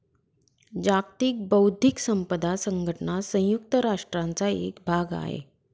जागतिक बौद्धिक संपदा संघटना संयुक्त राष्ट्रांचा एक भाग आहे